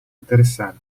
interessante